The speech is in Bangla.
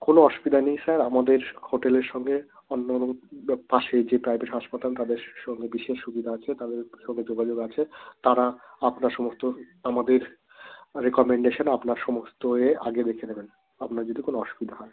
কোনো অসুবিধা নেই স্যার আমাদের হোটেলের সঙ্গে অন্য পাশে যে প্রাইভেট হাসপাতাল তাদের সঙ্গে বিশেষ সুবিধা আছে তাদের সঙ্গে যোগাযোগ আছে তারা আপনার সমস্ত আমাদের রেকমেন্ডেশনে আপনার সমস্ত এ আগে দেখে দেবেন আপনার যদি কোনো অসুবিধা হয়